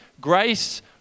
grace